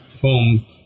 home